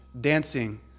dancing